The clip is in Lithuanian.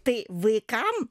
tai vaikam